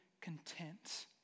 content